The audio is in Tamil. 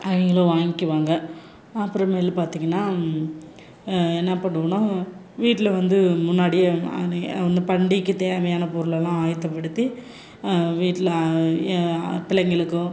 அவங்களும் வாங்கிக்குவாங்க அப்புறமேலு பார்த்திங்கன்னா என்ன பண்ணுவோம்னா வீட்டில் வந்து முன்னாடியே அந்த பண்டிகைக்கு தேவையான பொருளெல்லாம் ஆயத்தப்படுத்தி வீட்டில் பிள்ளைங்களுக்கோ